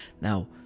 Now